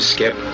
Skip